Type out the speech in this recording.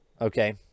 Okay